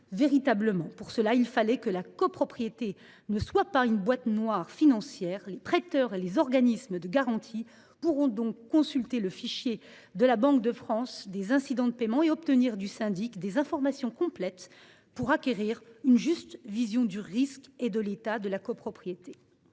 véritablement. Pour cela, il fallait que la copropriété ne soit pas une boîte noire financière. Ainsi, les prêteurs et les organismes de garantie pourront donc consulter le fichier de la Banque de France des incidents de paiement et obtenir du syndic des informations complètes pour acquérir une juste vision du risque et de l’état de la copropriété.